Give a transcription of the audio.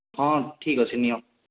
ହଁ ଠିକ ଅଛି ନିଅ